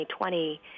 2020